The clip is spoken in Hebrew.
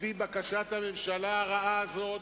לפי בקשת הממשלה הרעה הזאת,